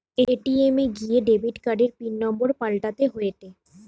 ATM এ গিয়া debit কার্ডের পিন নম্বর পাল্টাতে হয়েটে